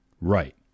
Right